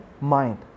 mind